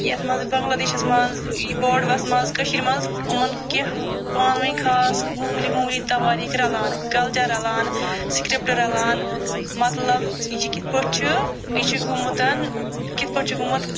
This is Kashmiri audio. یَتھ منٛز بنٛگلادیشَس منٛز بوڈوس منٛز کٔشیٖرِ منٛز یِمن کیٛاہ پانہٕ ؤنۍ خاص موموٗلی موموٗلی تواریٖخ رلان کلچر رلان سِکرپٹ رلان مطلب یہِ کِتھ پٲٹھۍ چھِ یہِ چھُ گوٚمُت یہِ کِتھ پٲٹھۍ چھُ گوٚمُت